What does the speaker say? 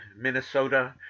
Minnesota